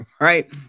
Right